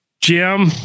Jim